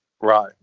Right